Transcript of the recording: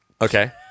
Okay